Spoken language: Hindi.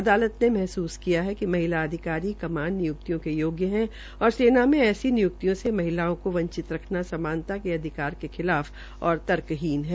अदालत ने महसूस किया है कि महिला अधिकारी कमान निय्क्तियों के योग्य है और सेना में ऐसी नियुक्तियों से महिलाओ को वंचित रखना समानता के अधिकार के खिलाफ और तर्कहीन है